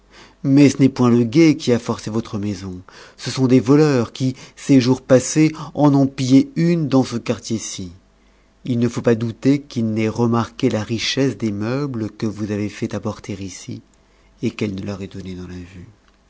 mais ce n'est point le guet qui a forcé votre maison ce sont des voleurs qui ces jours passés en ont pillé une dans ce quartier ci il ne faut pas douter qu'ils n'aient remarqué la richesse des meubles que vous avez fait apporter ici et qu'elle ne leur ait donné dans la vue